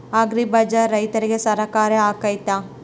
Agri ಬಜಾರ್ ರೈತರಿಗೆ ಸಹಕಾರಿ ಆಗ್ತೈತಾ?